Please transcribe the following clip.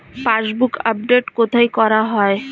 Passbook update কোথায় করা হয়?